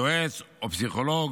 יועץ או פסיכולוג.